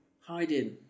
hiding